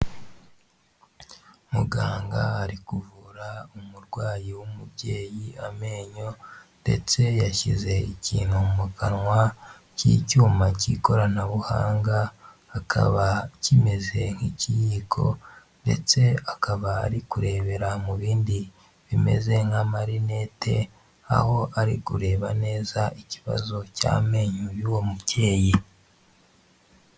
Muganga ari kuvura umurwayi w'umubyeyi amenyo ndetse yashyize ikintu mu kanwa k'icyuma k'ikoranabuhanga, kikaba kimeze nk'ikiyiko ndetse akaba ari kurebera mu bindi bimeze nk amarinete, aho ari kureba neza ikibazo cy'amenyo y'uwo mubyeyi.